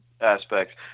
aspects